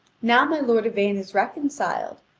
now my lord yvain is reconciled,